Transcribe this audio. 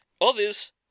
Others